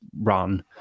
run